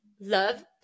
love